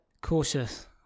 cautious